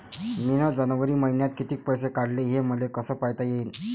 मिन जनवरी मईन्यात कितीक पैसे काढले, हे मले कस पायता येईन?